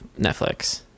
Netflix